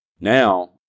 Now